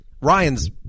Ryan's